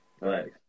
Right